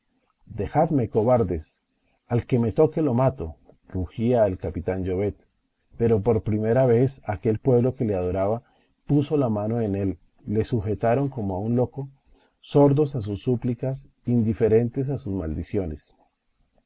dejadme cobardes al que me toque lo mato rugía el capitán llovet pero por primera vez aquel pueblo que le adoraba puso la mano en él le sujetaron como a un loco sordos a sus súplicas indiferentes a sus maldiciones